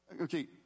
okay